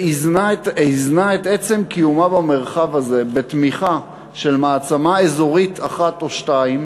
ואיזנה את עצם קיומה במרחב הזה בתמיכה של מעצמה אזורית אחת או שתיים,